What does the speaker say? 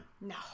no